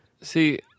see